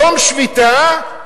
יום שביתה,